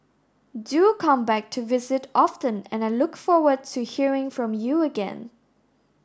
do come back to visit often and I look forward to hearing from you again